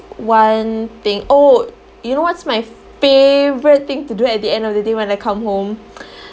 one thing oh you know what's my favourite thing to do at the end of the day when I come home